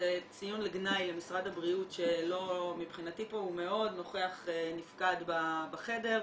ציון לגנאי למשרד הבריאות שמבחינתי פה הוא נוכח-נפקד בחדר,